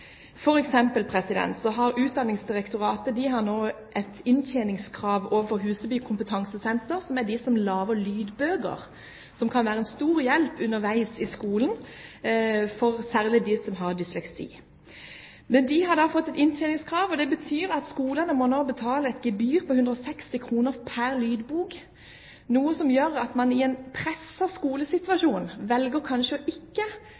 har Utdanningsdirektoratet nå et inntjeningskrav overfor Huseby kompetansesenter, som lager lydbøker som kan være en stor hjelp underveis i skolen, særlig for dem som har dysleksi. Inntjeningskravet betyr at skolene nå må betale et gebyr på 160 kr pr. lydbok, noe som gjør at man i en presset skolesituasjon kanskje velger å ikke